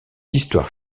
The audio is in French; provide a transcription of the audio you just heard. histoire